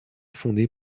fondé